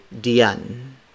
Dian